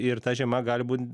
ir ta žiema gali būt